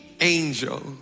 angel